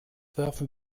werfen